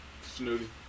Snooty